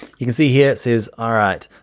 you can see here, it says, all right,